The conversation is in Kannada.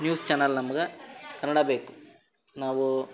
ನ್ಯೂಸ್ ಚಾನಲ್ ನಮ್ಗೆ ಕನ್ನಡ ಬೇಕು ನಾವೂ